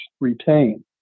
retain